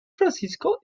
francisco